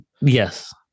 Yes